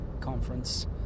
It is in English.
Conference